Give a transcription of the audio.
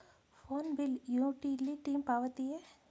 Phone bill utility ಪಾವತಿಯೇ?